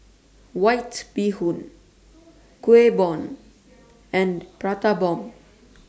White Bee Hoon Kueh Bom and Prata Bomb